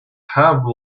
have